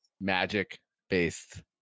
magic-based